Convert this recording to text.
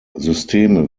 systeme